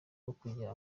ukugira